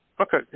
Okay